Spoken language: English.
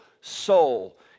soul